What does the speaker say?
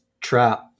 trap